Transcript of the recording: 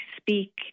speak